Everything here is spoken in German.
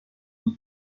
und